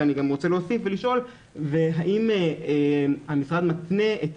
ואני גם רוצה להוסיף ולשאול האם המשרד מתנה את